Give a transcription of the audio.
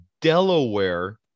Delaware